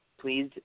please